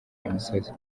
imisozi